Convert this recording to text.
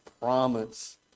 promise